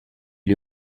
est